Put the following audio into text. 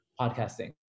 podcasting